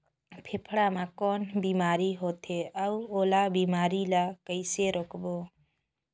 फाफण मा कौन बीमारी होथे अउ ओला बीमारी ला कइसे रोकबो?